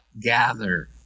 gather